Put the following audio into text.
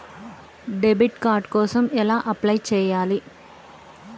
Debit card కోసం ఎలా apply చేయాలి?